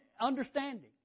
understanding